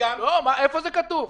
מה נושא חדש?